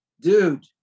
dude